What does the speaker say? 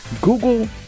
Google